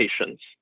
patients